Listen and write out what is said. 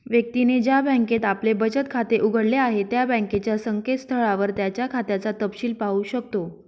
व्यक्तीने ज्या बँकेत आपले बचत खाते उघडले आहे त्या बँकेच्या संकेतस्थळावर त्याच्या खात्याचा तपशिल पाहू शकतो